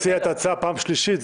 אתה מציע את ההצעה פעם שלישית.